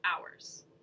hours